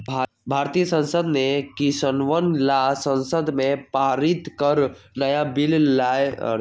भारतीय संसद ने किसनवन ला संसद में पारित कर नया बिल लय के है